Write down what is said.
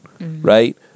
Right